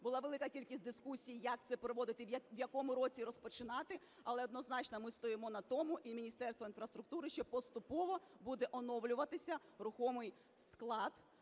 Була велика кількість дискусій, як це проводити, в якому році розпочинати? Але однозначно ми стоїмо на тому і Міністерство інфраструктури, що поступово буде оновлюватися рухомий склад,